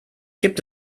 gibt